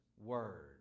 Word